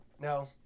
No